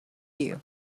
you